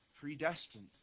predestined